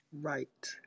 Right